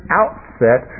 outset